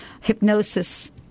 hypnosis